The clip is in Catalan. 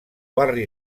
barri